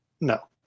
no